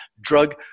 drug